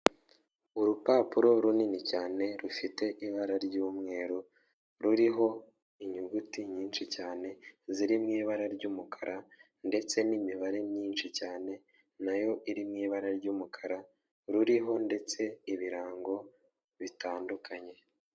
Urupapuro runini cyane rufite ibara ry'umweru, ruriho inyuguti nyinshi cyane ziri mu ibara ry'umukara ndetse n'imibare myinshi cyane nayo iri mu ibara ry'umukara ruriho ndetse ibirango bitandukanye.